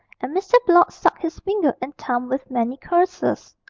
and mr. blott sucked his finger and thumb with many curses.